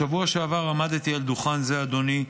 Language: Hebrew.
בשבוע שעבר עמדתי על דוכן זה, אדוני,